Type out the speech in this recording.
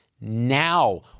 now